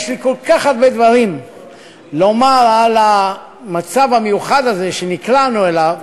יש לי כל כך הרבה דברים לומר על המצב המיוחד הזה שנקלענו אליו,